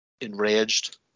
enraged